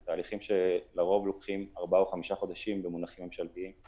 אלה תהליכים שלרוב לוקחים ארבעה או חמישה חודשים במונחים ממשלתיים,